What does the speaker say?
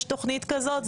יש תוכנית כזאת,